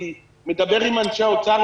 אני מדבר עם אנשי משרד האוצר,